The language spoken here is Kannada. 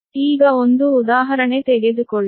ಈಗ ಒಂದು ಉದಾಹರಣೆ ತೆಗೆದುಕೊಳ್ಳಿ